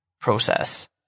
process